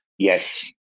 yes